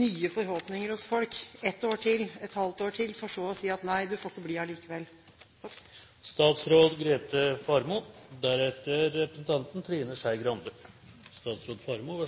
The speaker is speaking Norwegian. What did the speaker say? nye forhåpninger hos folk ett år til, et halvt år til – for så å si nei, du får ikke bli